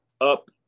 up